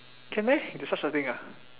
can meh got such a thing ah